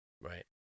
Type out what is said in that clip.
Right